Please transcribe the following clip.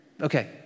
Okay